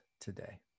today